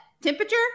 Temperature